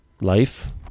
Life